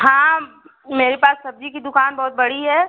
हाँ मेरे पास सब्जी की दुकान बहुत बड़ी है